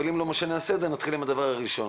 אבל אם לא משנה הסדר נתחיל עם הדבר הראשון